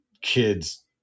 kids